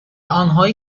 آنهایی